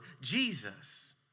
Jesus